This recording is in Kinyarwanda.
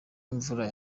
imvura